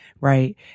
Right